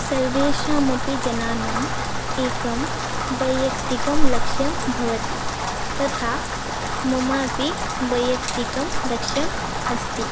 सर्वेषामपि जनानाम् एकं वैयक्तिकलक्ष्यं भवति तथा ममपि वैयक्तिकलक्ष्यम् अस्ति